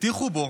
הטיחו בו